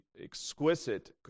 exquisite